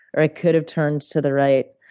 or i could have turned to the right,